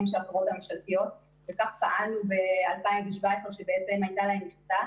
של החברות הממשלתיות וכך פעלנו ב-2017 כשבעצם הייתה להם מכסה.